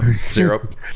syrup